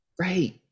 Right